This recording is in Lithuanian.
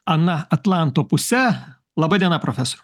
ana atlanto puse laba diena profesoriau